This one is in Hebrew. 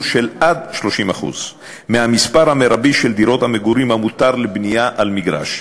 שעד-30% מהמספר המרבי של דירות המגורים המותר לבנייה על מגרש,